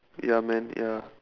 ya man ya